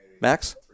max